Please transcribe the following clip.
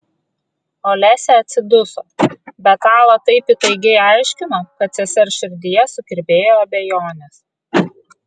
olesia atsiduso bet ala taip įtaigiai aiškino kad sesers širdyje sukirbėjo abejonės